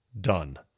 done